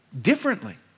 differently